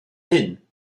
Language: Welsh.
hyn